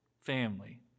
family